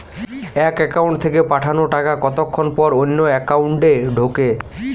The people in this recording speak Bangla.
এক একাউন্ট থেকে পাঠানো টাকা কতক্ষন পর অন্য একাউন্টে ঢোকে?